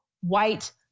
white